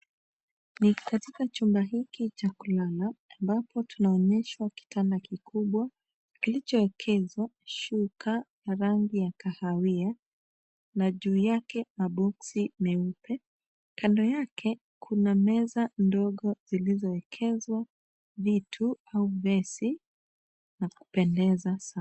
Katika chumba hiki cha kulala, ambapo tunaonyeshwa kitanda kikubwa kilichoekezwa, shuka ya rangi ya kahawia, juu yake maboksi meupe na kando yake kuna meza ndogo iliyowekezwa vitu au mesi kupendeza sana.